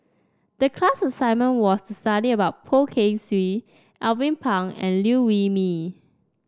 the class assignment was to study about Poh Kay Swee Alvin Pang and Liew Wee Mee